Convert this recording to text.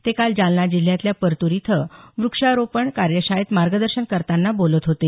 ते काल जालना जिल्ह्यातल्या परतूर इथं व्रक्षारोपण कार्यशाळेत मार्गदर्शन करताना बोलत होते